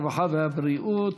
הרווחה והבריאות.